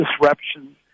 disruption